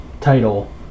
title